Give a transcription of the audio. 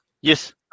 Yes